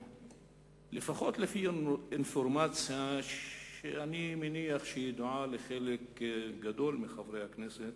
לפחות לפי אינפורמציה שאני מניח שהיא ידועה לחלק גדול מחברי הכנסת